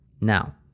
Now